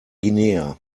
guinea